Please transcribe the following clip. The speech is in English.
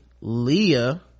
Leah